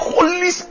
Holy